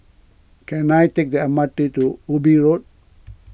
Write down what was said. can I take the M R T to Ubi Road